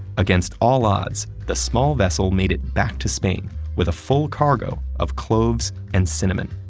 against all odds, the small vessel made it back to spain with a full cargo of cloves and cinnamon,